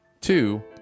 two